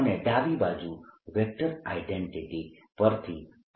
અને ડાબી બાજુ વેક્ટર આઇડેન્ટિટી પરથી આ